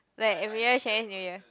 like every year Chinese New Year